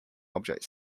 object